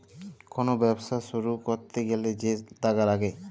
call ব্যবছা শুরু ক্যইরতে গ্যালে যে টাকা ল্যাগে